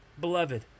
Beloved